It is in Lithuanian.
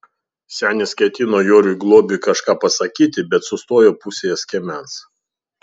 senis ketino joriui globiui kažką pasakyti bet sustojo pusėje skiemens